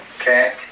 okay